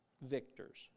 victors